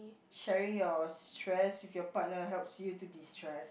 sharing your stress with your partner helps you to distress